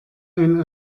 ein